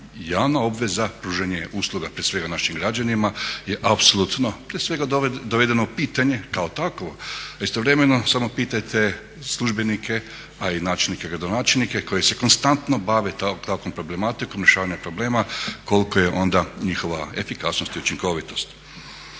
javna obveza, pružanje usluga, prije svega našim građanima je apsolutno prije svega dovedena u pitanje kao takvo a istovremeno samo pitajte službenike a i načelnike i gradonačelnike koji se konstantno bave takvom problematikom rješavanja problema koliko je onda njihova efikasnost i učinkovitost.